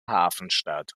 hafenstadt